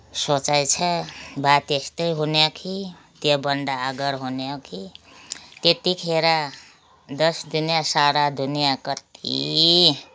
सोचाइ छ वा त्यस्तै हुने हो कि त्यो भन्दा आगर हुने हो कि त्यतिखेर दस दुनियाँ सारा दुनियाँ कत्ति